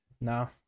no